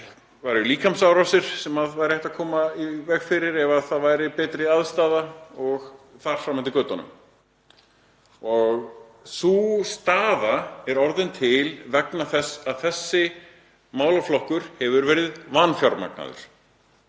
það væru líkamsárásir sem væri hægt að koma í veg fyrir ef það væri betri aðstaða og þar fram eftir götunum. Sú staða er til komin vegna þess að þessi málaflokkur hefur verið vanfjármagnaður.